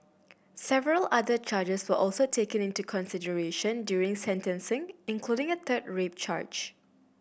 several other charges were also taken into consideration during sentencing including a third rape charge